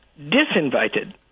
disinvited